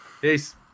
peace